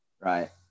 right